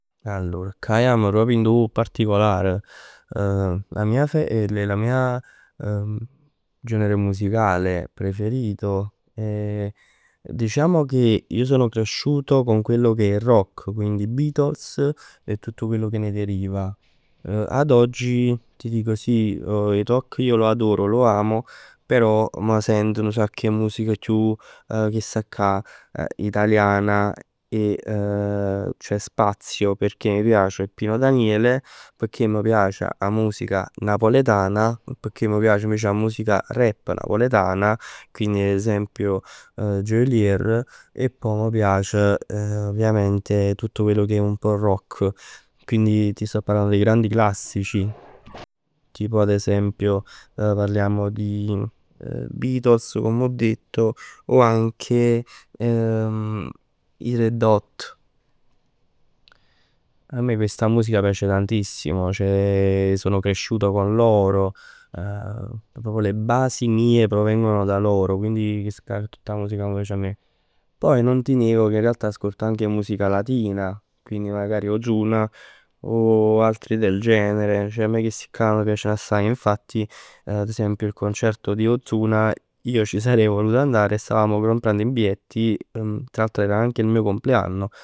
Allor cà jamm proprj dint 'o particolar, la mia fe, la mia genere musicale preferito è. Diciamo che io sono cresciuto con quello che è il rock, quindi i Beatles e tutto quello che ne deriva. Ad oggi ti dico sì il rock io lo adoro, lo amo, però m' sent nu sacc 'e musica chiù chestaccà italiana. Ceh spazio, pecchè m' piace il Pino Daniele, pecchè m' piace 'a musica napoletana, pecchè m' piace invece 'a musica rap napoletana. Quindi ad esempio Geolier e pò m' piac ovviamente tutto quello che è un pò rock. Quindi ti sto parlando dei grandi classici. Quindi ad esempio parliamo dei Beatles, come ho detto, o anche i Red Hot. A me questa musica piace tantissimo, ceh sono cresciuto con loro, proprio le basi mie provengono da loro. Quindi chestaccà è tutt 'a music che m' piace a me. Poi non ti nego che in realtà ascolto anche musica latina. Quindi magari Ozuna, o altri del genere. Ceh a me chesticcà m' piaceno assaje, infatti ad esempio il concerto di Ozuna io ci sarei voluto andare, stavamo comprando i biglietti, tra l'altro era anche il mio compleanno.